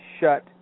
shut